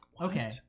Okay